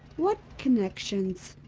what connections?